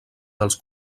dels